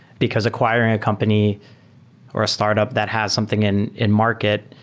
because acquiring a company or startup that has something in in market,